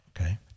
okay